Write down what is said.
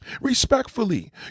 respectfully